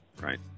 Right